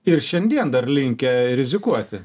ir šiandien dar linkę rizikuoti